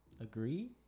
Agree